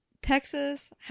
Texas